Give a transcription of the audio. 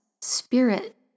spirit